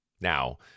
Now